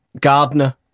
gardener